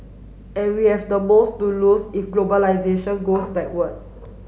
and we have the most to lose if globalisation goes backward